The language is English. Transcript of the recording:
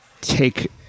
take